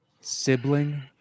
Sibling